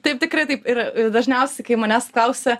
taip tikrai taip ir dažniausiai kai manęs klausia